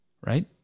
Right